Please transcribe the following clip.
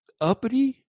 uppity